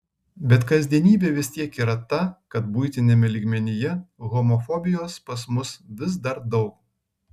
bet kasdienybė vis tiek yra ta kad buitiniame lygmenyje homofobijos pas mus vis dar daug